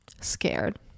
scared